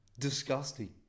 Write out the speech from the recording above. disgusting